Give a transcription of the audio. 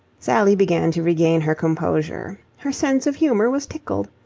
sally began to regain her composure. her sense of humour was tickled.